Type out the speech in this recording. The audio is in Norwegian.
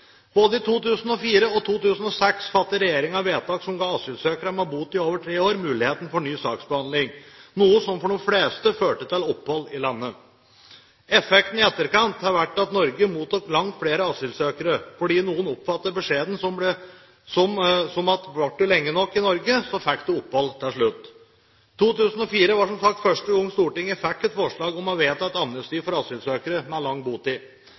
Både i 2004 og i 2006 fattet regjeringen et vedtak som ga asylsøkere med botid på over tre år muligheten til ny saksbehandling, noe som for de fleste førte til opphold i landet. Effekten i etterkant har vært at Norge mottok langt flere asylsøkere, fordi noen oppfattet beskjeden slik at blir du lenge nok i Norge, får du til slutt opphold. 2004 var som sagt første gang at Stortinget fikk et forslag om å vedta et amnesti for asylsøkere med lang botid.